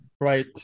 Right